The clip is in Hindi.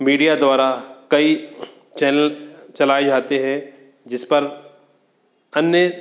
मीडिया द्वारा कई चैनल चलाए जाते हैं जिस पर अन्य